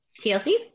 TLC